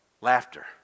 laughter